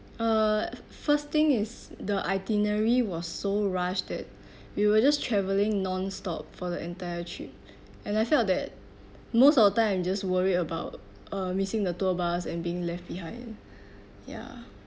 uh first thing is the itinerary was so rushed that we will just traveling nonstop for the entire trip and I felt that most of the time I'm just worried about uh missing the tour bus and being left behind ya